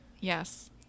yes